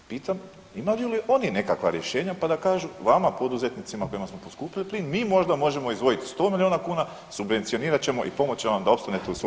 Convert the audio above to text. Pitam imaju li oni nekakva rješenja pa da kažu vama poduzetnicima kojima smo poskupili plin mi možda možemo izdvojiti 100 miliona kuna, subvencionirat ćemo i pomoći ćemo vam da opstanete u svom radu.